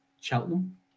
Cheltenham